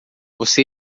você